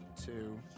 two